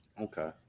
Okay